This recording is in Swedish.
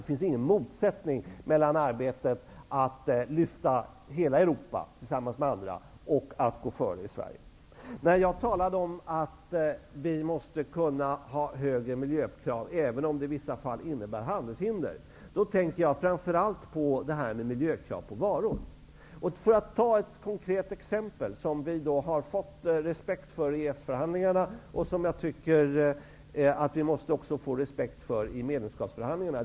Det finns ingen motsättning mellan arbetet att lyfta hela Europa tillsammans med andra och att gå före i När jag talade om att vi måste kunna ha högre miljökrav även om det i vissa fall innebär handelshinder, då tänkte jag framför allt på miljökrav på varor. Får jag ta ett konkret exempel, som vi fått respekt för i EES-förhandlingarna och som jag tycker att vi måste få respekt för i medlemskapsförhandlingarna.